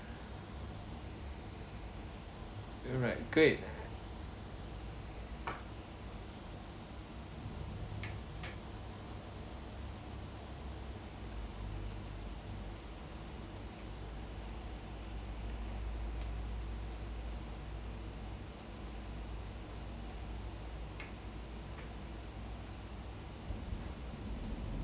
alright great